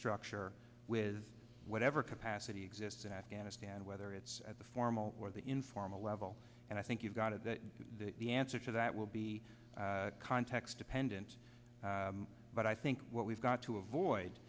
structure with whatever capacity exists in afghanistan whether it's at the formal or the informal level and i think you've got to the answer to that will be context dependent but i think what we've got to avoid